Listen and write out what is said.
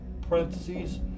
parentheses